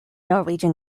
norwegian